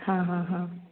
हां हां हां